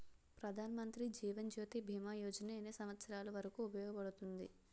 ప్రధాన్ మంత్రి జీవన్ జ్యోతి భీమా యోజన ఎన్ని సంవత్సారాలు వరకు ఉపయోగపడుతుంది?